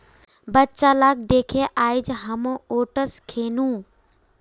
बच्चा लाक दखे आइज हामो ओट्स खैनु